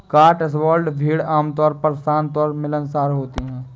Cotswold भेड़ आमतौर पर शांत और मिलनसार होती हैं